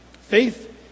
Faith